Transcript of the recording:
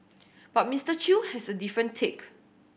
but Mister Chew has a different take